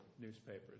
newspapers